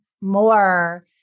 more